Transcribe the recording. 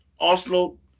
Arsenal